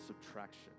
subtraction